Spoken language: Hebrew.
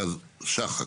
שחק,